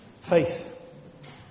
Faith